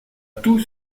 tout